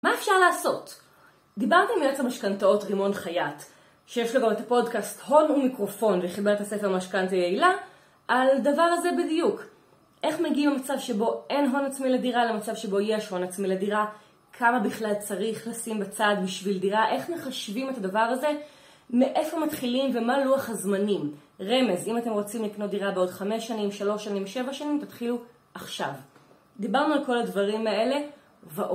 מה אפשר לעשות? דיברתי עם יועץ המשכנתאות רימון חייט, שיש לו גם את הפודקאסט הון ומיקרופון וחיבר את הספר משכנתא יעילה, על דבר הזה בדיוק, איך מגיעים ממצב שבו אין הון עצמי לדירה למצב שבו יש הון עצמי לדירה, כמה בכלל צריך לשים בצד בשביל דירה? איך מחשבים את הדבר הזה? מאיפה מתחילים ומה לוח הזמנים? רמז, אם אתם רוצים לקנות דירה בעוד חמש שנים, שלוש שנים, שבע שנים, תתחילו עכשיו. דיברנו על כל הדברים האלה ועוד